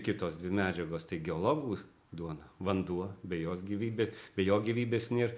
kitos medžiagos tai geologų duona vanduo be jos gyvybė be jo gyvybės nėr